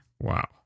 Wow